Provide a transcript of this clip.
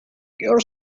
your